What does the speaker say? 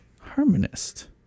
Harmonist